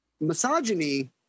misogyny